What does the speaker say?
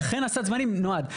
לכן הסד זמנים נועד.